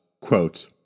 quote